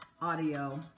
audio